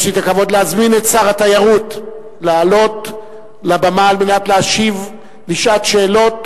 יש לי הכבוד להזמין את שר התיירות לעלות לבמה על מנת להשיב לשעת שאלות,